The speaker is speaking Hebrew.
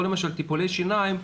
או למשל טיפולי שיניים,